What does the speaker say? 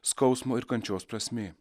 skausmo ir kančios prasmė